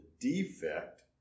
defect